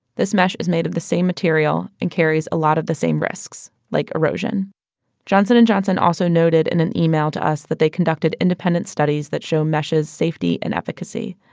this mesh is made of the same material and carries a lot of the same risks, like erosion johnson and johnson also noted in an email to us that they conducted independent studies that show mesh's safety and efficacy.